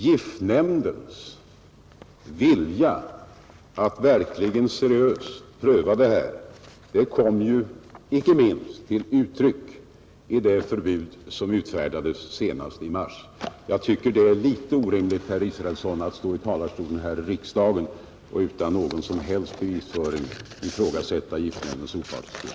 Giftnämndens vilja att verkligen seriöst pröva dessa frågor kommer icke minst till uttryck i det förbud som utfärdades så sent som i mars i år. Jag tycker det är orimligt, herr Israelsson, att i talarstolen här i riksdagen utan någon som helst bevisföring ifrågasätta giftnämndens opartiskhet.